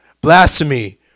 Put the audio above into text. blasphemy